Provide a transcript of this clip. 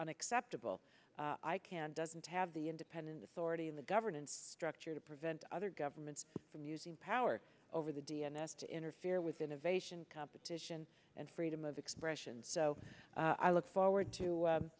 unacceptable i can't doesn't have the independent authority in the governance structure to prevent other governments from using power over the d m s to interfere with innovation competition and freedom of expression so i look forward to